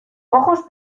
ojos